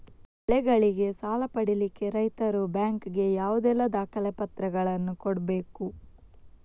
ಬೆಳೆಗಳಿಗೆ ಸಾಲ ಪಡಿಲಿಕ್ಕೆ ರೈತರು ಬ್ಯಾಂಕ್ ಗೆ ಯಾವುದೆಲ್ಲ ದಾಖಲೆಪತ್ರಗಳನ್ನು ಕೊಡ್ಬೇಕು?